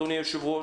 אדוני היושב-ראש,